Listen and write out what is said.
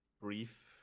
brief